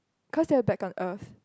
cause they will back on earth